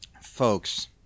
folks